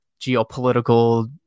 geopolitical